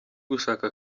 gushaka